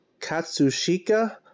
Katsushika